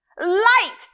Light